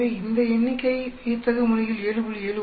எனவே இந்த எண்ணிக்கை வியத்தகு முறையில் 7